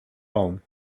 raum